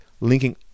linking